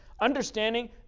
Understanding